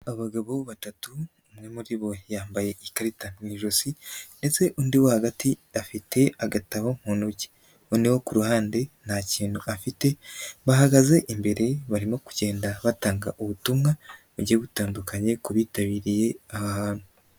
Abagabo batatu, umwe muri bo yambaye ikarita mu ijosi ndetse undi wogati afite agatabo mu ntoki, noneho uwo ku ruhande nta kintu afite,, bahagaze imbere barimo kugenda batanga ubutumwa bugiye butandukanye ku bitabiriye aha hantu.